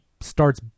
starts